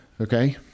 Okay